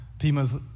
Pima's